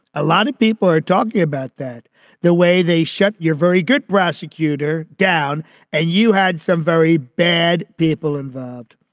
a lot of people are talking about that the way they shot. you're very good prosecutor down and you had some very bad people involved.